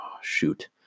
shoot